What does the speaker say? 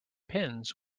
pins